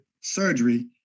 surgery